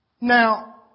Now